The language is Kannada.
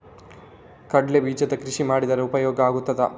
ಕಡ್ಲೆ ಬೀಜದ ಕೃಷಿ ಮಾಡಿದರೆ ಉಪಯೋಗ ಆಗುತ್ತದಾ?